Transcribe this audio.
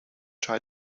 try